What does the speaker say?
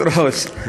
חבר הכנסת חיים ילין,